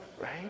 Right